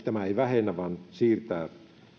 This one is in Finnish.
tämä ei vähennä vaan siirtää